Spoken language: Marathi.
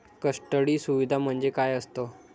कस्टडी सुविधा म्हणजे काय असतं?